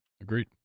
Agreed